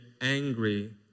angry